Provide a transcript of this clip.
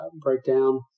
breakdown